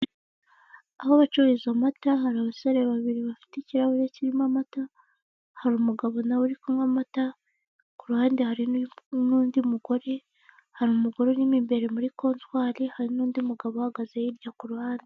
Aho bacururiza amata hari abasore babiri bafite ikirahure kirimo amata, hari umugabo nawe uri kunywa amata, ku ruhande hari n'undi mugore, hari umugore urimo imbere muri kotwari, hari n'undi mugabo uhagaze hirya ku ruhande.